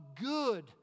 good